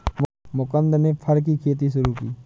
मुकुन्द ने फर की खेती शुरू की